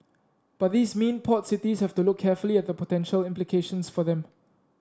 but these mean port cities have to look carefully at the potential implications for them